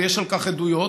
ויש על כך עדויות,